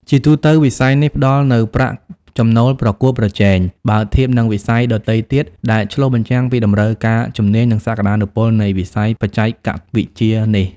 ជាទូទៅវិស័យនេះផ្តល់នូវប្រាក់ចំណូលប្រកួតប្រជែង បើធៀបនឹងវិស័យដទៃទៀត ដែលឆ្លុះបញ្ចាំងពីតម្រូវការជំនាញ និងសក្តានុពលនៃវិស័យបច្ចេកវិទ្យានេះ។